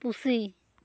ᱯᱩᱥᱤ